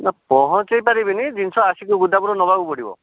ନା ପହଞ୍ଚାଇ ପାରିବିନି ଜିନିଷ ଆସିକି ଗୋଦାମରୁ ନେବାକୁ ପଡ଼ିବ